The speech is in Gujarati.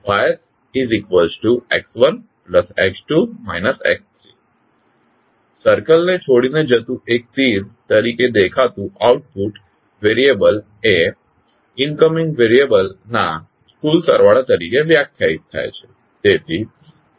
તેથી YsX1sX2s X3 સર્કલ ને છોડીને જતુ એક તીર તરીકે દેખાતું આઉટપુટ વેરીયબલ એ ઇનકમિંગ વેરીયબલ નાં કુલ સરવાળા તરીકે વ્યાખ્યાયિત થાય છે